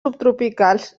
subtropicals